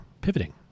Pivoting